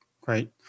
Great